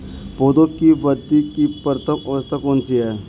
पौधों की वृद्धि की प्रथम अवस्था कौन सी है?